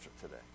today